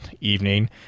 evening